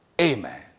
amen